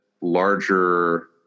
larger